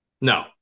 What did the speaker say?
No